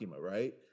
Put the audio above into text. right